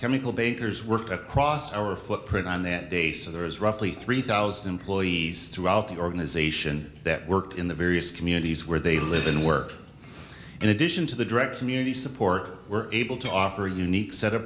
chemical bakers work across our footprint on that day so there is roughly three thousand employees throughout the organization that worked in the various communities where they live and work in addition to the direct community support we're able to offer a unique set of